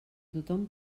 tothom